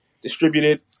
distributed